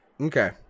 Okay